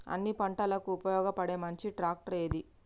అన్ని పంటలకు ఉపయోగపడే మంచి ట్రాక్టర్ ఏది?